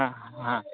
হ্যাঁ হ্যাঁ হ্যাঁ